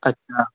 اچھا